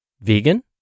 vegan